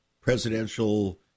presidential